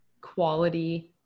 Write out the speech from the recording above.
quality